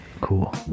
cool